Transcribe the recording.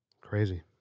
Crazy